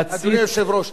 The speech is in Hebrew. אדוני היושב-ראש,